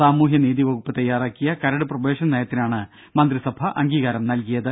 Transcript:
സാമൂഹ്യനീതി വകുപ്പ് തയ്യാറാക്കിയ കരട് പ്രൊബേഷൻ നയത്തിനാണ് മന്ത്രിസഭ അംഗീകാരം നൽകിയത്